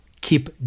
keep